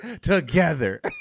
Together